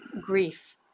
grief